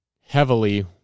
heavily